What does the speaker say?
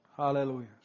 Hallelujah